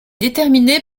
déterminé